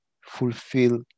fulfill